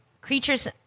creatures